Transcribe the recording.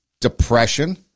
depression